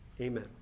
Amen